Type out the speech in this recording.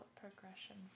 progression